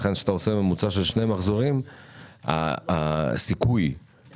לכן כאשר אתה עושה ממוצע של שני מחזורים הסיכוי שהעסק